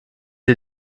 die